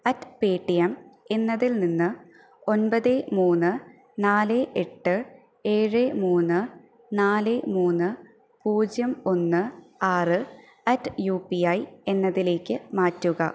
at Paytm എന്നതിൽ നിന്ന് ഒമ്പത് മൂന്ന് നാള് എട്ട് ഏഴ് മൂന്ന് നാള് മൂന്ന് പൂജ്യം ഒന്ന് ആറ് അറ്റ് യു പി ഐ എന്നതിലേക്ക് മാറ്റുക